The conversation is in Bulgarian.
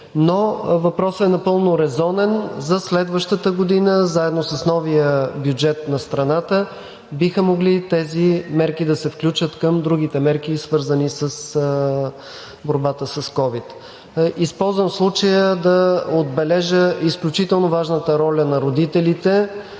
Но въпросът е напълно резонен. За следващата година заедно с новия бюджет на страната биха могли тези мерки да се включат към другите мерки, свързани с борбата с ковид. Използвам случая да отбележа изключително важната роля на родителите.